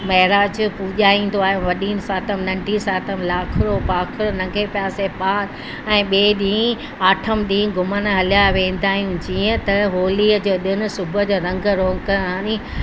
महिराज पूॼाईंदो आहे वॾी सातम नन्ढी सातम लाखिरो पाखि लंघे प्यासे पार ॿिए ॾींहुं आठम ॾींहुं घुमण हलिया वेंदा आहिनि जीअं त होलीअ जो ॾिणु सुबुह जो रंग रोग हणी